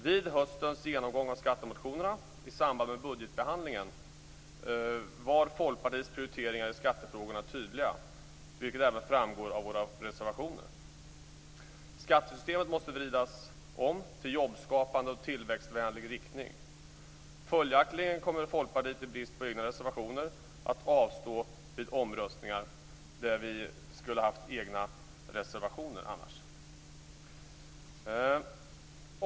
Vid höstens genomgång av skattemotionerna i samband med budgetbehandlingen var Folkpartiets prioriteringar i skattefrågorna tydliga, vilket även framgår av våra reservationer. Skattesystemet måste vridas om i jobbskapande och tillväxtvänlig riktning. Följaktligen kommer Folkpartiet i brist på egna reservationer att avstå vid omröstningar där vi annars skulle ha haft egna reservationer.